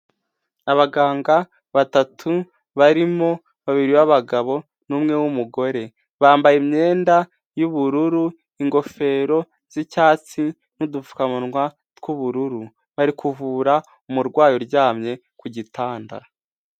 Abaganga batatu barimo babiri b'abagabo n'umwe w'umugore, bambaye imyenda y'ubururu, ingofero z'icyatsi n'udupfukamunwa tw'ubururu, bari kuvura umurwayi uryamye ku gitanda.